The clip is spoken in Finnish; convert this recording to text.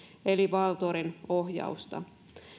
eli valtorin ohjausta